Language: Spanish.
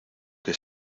que